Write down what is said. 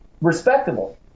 respectable